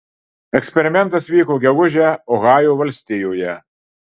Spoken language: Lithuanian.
eksperimentas vyko gegužę ohajo valstijoje